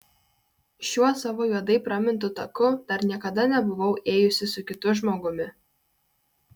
šiuo savo juodai pramintu taku dar niekada nebuvau ėjusi su kitu žmogumi